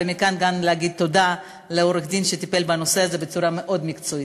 ומכאן גם נגיד תודה לעורך-דין שטיפל בנושא הזה בצורה מאוד מקצועית.